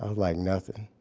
ah like, nothin'.